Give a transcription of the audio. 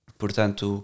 portanto